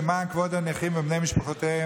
למען כבוד הנכים ובני משפחותיהם,